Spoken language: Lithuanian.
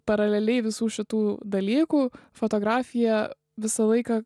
paraleliai visų šitų dalykų fotografija visą laiką